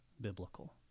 biblical